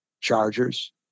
chargers